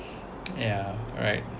yeah right